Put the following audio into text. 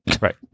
Right